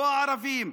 לא ערבים,